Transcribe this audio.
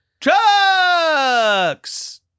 Trucks